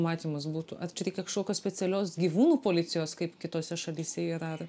matymas būtų ar čia reikia kažkokios specialios gyvūnų policijos kaip kitose šalyse yra ar